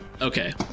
Okay